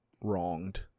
wronged